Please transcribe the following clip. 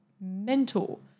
mental